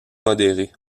modéré